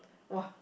!woah!